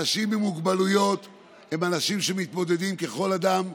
אנשים עם מוגבלויות הם אנשים שמתמודדים ככל אדם.